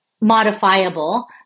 modifiable